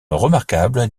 remarquable